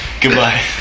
goodbye